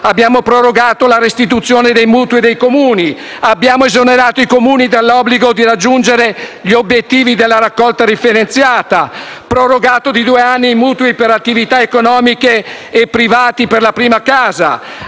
Abbiamo prorogato la restituzione dei mutui dei Comuni. Abbiamo esonerato i Comuni dall'obbligo di raggiungere gli obiettivi della raccolta differenziata. Abbiamo prorogato di due anni i mutui per attività economiche e privati per la prima casa.